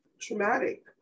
traumatic